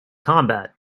combat